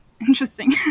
interesting